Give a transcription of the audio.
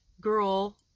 girl